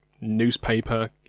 newspaper